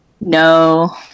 No